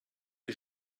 die